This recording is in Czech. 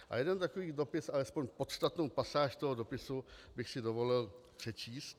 A jeden takový dopis, alespoň podstatnou pasáž toho dopisu, bych si dovolil přečíst.